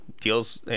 deals